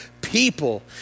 people